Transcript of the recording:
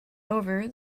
over